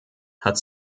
hat